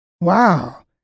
Wow